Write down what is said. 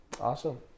awesome